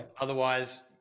otherwise